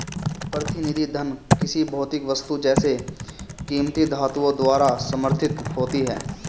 प्रतिनिधि धन किसी भौतिक वस्तु जैसे कीमती धातुओं द्वारा समर्थित होती है